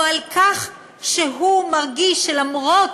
או על כך שהוא מרגיש שלמרות